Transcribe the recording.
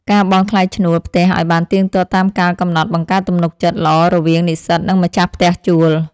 ការបង់ថ្លៃឈ្នួលផ្ទះឱ្យបានទៀងទាត់តាមកាលកំណត់បង្កើតទំនុកចិត្តល្អរវាងនិស្សិតនិងម្ចាស់ផ្ទះជួល។